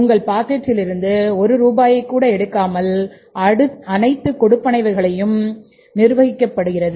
உங்கள் பாக்கெட்டிலிருந்து ஒற்றை ரூபாயை கூட எடுக்காமல் அனைத்து கொடுப்பனவுகளும் நிர்வகிக்கப்பபடுகிறது